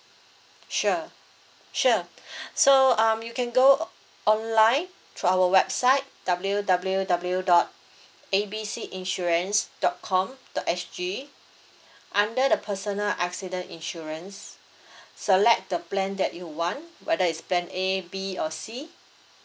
sure sure so um you can go online through our website W W W dot A B C insurance dot com dot S G under the personal accident insurance select the plan that you want whether is plan A B or C